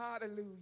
hallelujah